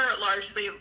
largely